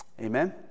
Amen